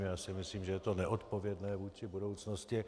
Já si myslím, že je to neodpovědné vůči budoucnosti.